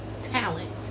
talent